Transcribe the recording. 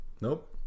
Nope